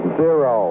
zero